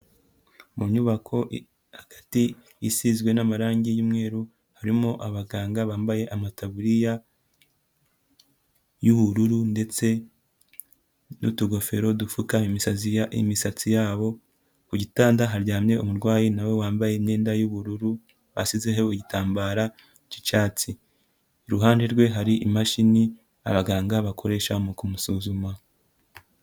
Mu nyubako hagati isizwe n'amarangi y'umweru, harimo abaganga bambaye amataburiya y'ubururu, ndetse n'utugofero dupfuka imisazi imisatsi yabo, ku gitanda haryamye umurwayi nawe wambaye imyenda y'ubururu basizeho igitambara cy'icyatsi, iruhande rwe hari imashini abaganga bakoresha mu kumusuzuma.